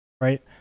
right